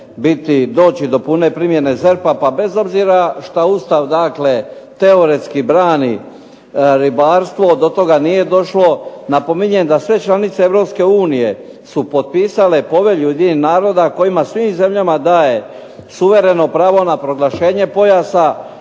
doći do pune primjene ZERP-a pa bez obzira što Ustav teoretski brani ribarstvo do toga nije došlo. Napominjem da sve članice EU su potpisale povelju Ujedinjenih naroda kojima svim zemljama daje suvereno pravo na proglašenje pojasa.